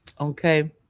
Okay